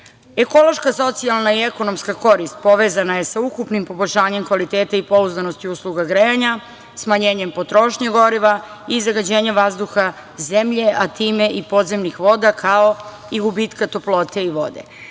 sistema. Ekološka socijalna i ekonomska korist povezana je sa ukupnim poboljšanjem kvaliteta i pouzdanosti usluga grejanja, smanjenjem potrošnje goriva i zagađenjem vazduha zemlje, a time i podzemnih voda kao i gubitka toplote i